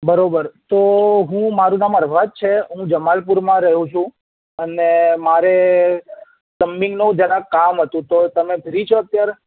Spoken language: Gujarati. બરાબર તો હું મારું નામ અરહદ છે હું જમાલપુરમાં રહું છું અને મારે પ્લમ્બિંગનું જરાક કામ હતું તો તમે ફ્રી છો અત્યારે